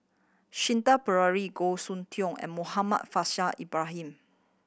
Shanti Pereira Goh Soon Tioe and Muhammad Faishal Ibrahim